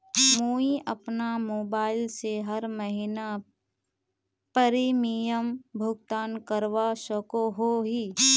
मुई अपना मोबाईल से हर महीनार प्रीमियम भुगतान करवा सकोहो ही?